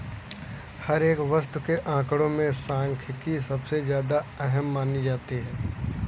हर एक वस्तु के आंकडों में सांख्यिकी सबसे ज्यादा अहम मानी जाती है